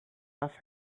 off